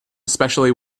especially